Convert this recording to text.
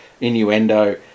innuendo